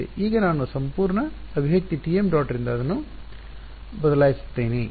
ಈಗ ನಾನು ಈ ಸಂಪೂರ್ಣ ಅಭಿವ್ಯಕ್ತಿ Tm ಡಾಟ್ ರಿಂದ ಅದನ್ನು ಬದಲಾಯಿಸುತ್ತಿದ್ದೇನೆ